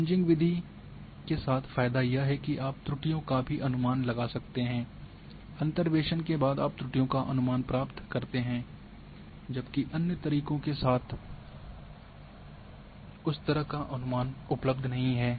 kriging विधि के साथ फायदा यह है कि आप त्रुटियों का भी अनुमान लगा सकते हैं अंतर्वेसन के बाद आप त्रुटियों का अनुमान प्राप्त करते हैं जबकि अन्य तरीकों के साथ उस तरह का अनुमान उपलब्ध नहीं है